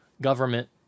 government